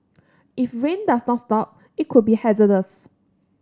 if rain does not stop it could be hazardous